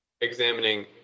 examining